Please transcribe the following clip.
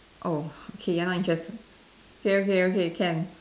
oh okay you're not interested okay okay okay can